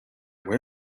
where